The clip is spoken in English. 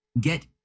get